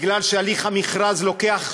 בגלל שהליך המכרז לוקח שנה,